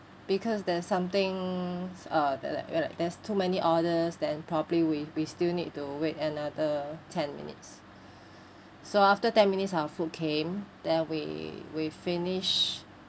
because there's something uh that like that like there's too many orders then probably we we still need to wait another ten minutes so after ten minutes our food came then we we finished